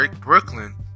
Brooklyn